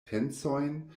pensojn